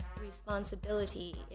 responsibility